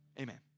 Amen